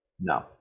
No